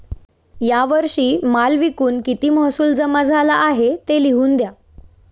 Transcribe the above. या वर्षी माल विकून किती महसूल जमा झाला आहे, ते लिहून द्या